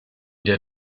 der